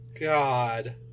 God